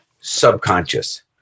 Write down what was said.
subconscious